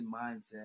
mindset